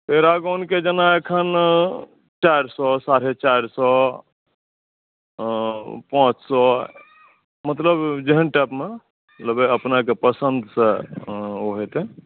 पैरागौनके जेना एखन चारि सए साढ़े चारि सए पाँच सए मतलब जेहन टाइपमे लेबै अपनाके पसन्दसँ ओ हेतै